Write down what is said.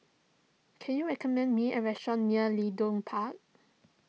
can you recommend me a restaurant near Leedon Park